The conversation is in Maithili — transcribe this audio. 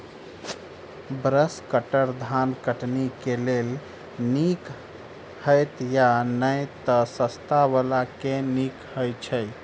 ब्रश कटर धान कटनी केँ लेल नीक हएत या नै तऽ सस्ता वला केँ नीक हय छै?